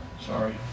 Sorry